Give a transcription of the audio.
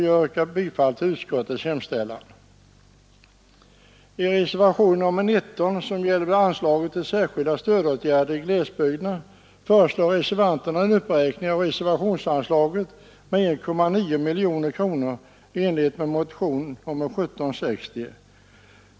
Jag yrkar bifall till utskottets hemställan. I reservationen nr 19, som gäller anslaget till särskilda stödåtgärder i glesbygder, föreslår reservanterna en uppräkning av reservationsanslaget med 1,9 miljoner kronor i enlighet med motion nr 1760.